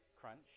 crunch